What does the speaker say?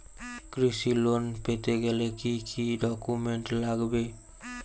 কৃষি লোন পেতে গেলে কি কি ডকুমেন্ট লাগবে?